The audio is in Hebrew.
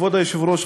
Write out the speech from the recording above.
כבוד היושב-ראש,